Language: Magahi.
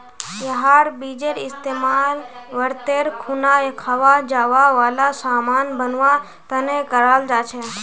यहार बीजेर इस्तेमाल व्रतेर खुना खवा जावा वाला सामान बनवा तने कराल जा छे